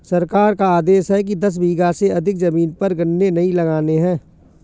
सरकार का आदेश है कि दस बीघा से अधिक जमीन पर गन्ने नही लगाने हैं